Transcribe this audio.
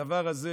הדבר הזה